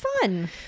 fun